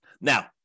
Now